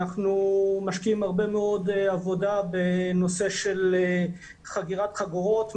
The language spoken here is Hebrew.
אנחנו משקיעים הרבה מאוד עבודה בנושא של חגירת חגורות,